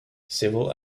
civil